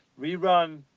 rerun